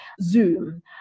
Zoom